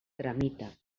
tramita